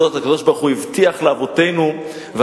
קצבאות השלמת הכנסה הוגדלו בשיעור